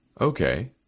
Okay